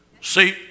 See